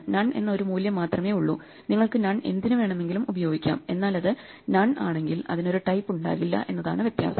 none എന്ന ഒരു മൂല്യം മാത്രമേ ഉള്ളു നിങ്ങൾക്ക് നൺ എന്തിനു വേണമെങ്കിലും ഉപയോഗിക്കാം എന്നാൽ അത് നൺ ആണെങ്കിൽ അതിനു ഒരു ടൈപ്പ് ഉണ്ടാകില്ല എന്നതാണ് വ്യത്യാസം